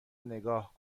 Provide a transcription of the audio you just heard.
نگاه